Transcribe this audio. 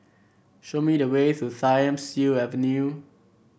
show me the way to Thiam Siew Avenue